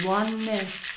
oneness